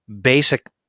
basic